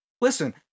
Listen